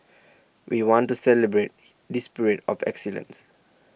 we want to celebrate this spirit of excellence